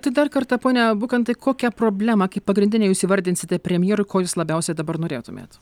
tai dar kartą pone bukantai kokią problemą kaip pagrindinę jūs įvardinsite premjerui ko jūs labiausia dabar norėtumėt